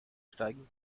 steigen